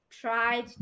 tried